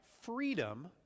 freedom